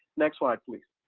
next slide, please.